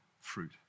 fruit